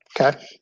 Okay